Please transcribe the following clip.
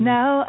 Now